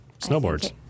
snowboards